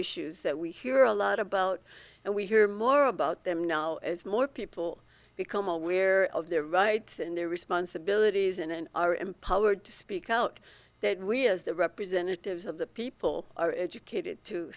issues that we hear a lot about and we hear more about them now as more people become aware of their rights and their responsibilities and are empowered to speak out that we as the representatives of the people are educated too